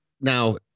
Now